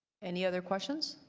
any other questions?